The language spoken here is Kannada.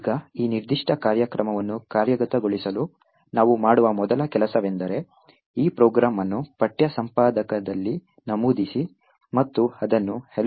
ಈಗ ಈ ನಿರ್ದಿಷ್ಟ ಕಾರ್ಯಕ್ರಮವನ್ನು ಕಾರ್ಯಗತಗೊಳಿಸಲು ನಾವು ಮಾಡುವ ಮೊದಲ ಕೆಲಸವೆಂದರೆ ಈ ಪ್ರೋಗ್ರಾಂ ಅನ್ನು ಪಠ್ಯ ಸಂಪಾದಕದಲ್ಲಿ ನಮೂದಿಸಿ ಮತ್ತು ಅದನ್ನು hello